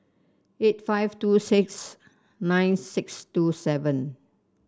eight five two six nine six two seven